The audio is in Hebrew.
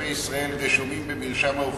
תושבי ישראל רשומים במרשם האוכלוסין,